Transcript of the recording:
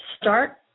start